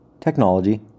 technology